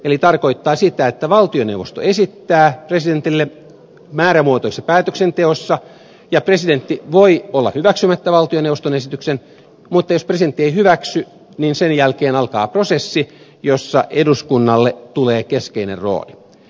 se tarkoittaa sitä että valtioneuvosto esittää presidentille määrämuotoisessa päätöksenteossa ja presidentti voi olla hyväksymättä valtioneuvoston esityksen mutta jos presidentti ei hyväksy sen jälkeen alkaa prosessi jossa eduskunnalle tulee keskeinen rooli